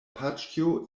paĉjo